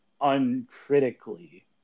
uncritically